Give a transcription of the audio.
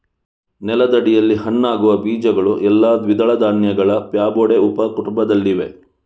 ನೆಲದಡಿಯಲ್ಲಿ ಹಣ್ಣಾಗುವ ಬೀಜಗಳು ಎಲ್ಲಾ ದ್ವಿದಳ ಧಾನ್ಯಗಳ ಫ್ಯಾಬೊಡೆ ಉಪ ಕುಟುಂಬದಲ್ಲಿವೆ